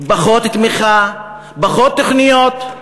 פחות תמיכה, פחות תוכניות.